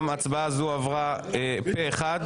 גם ההצעה הזאת עברה פה אחד.